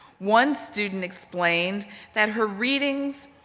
one student explained that her readings,